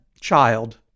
child